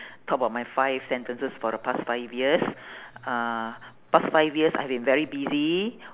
talk about my five sentences for the past five years uh past five years I've been very busy